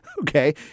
Okay